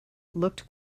looked